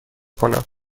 کنم